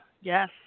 yes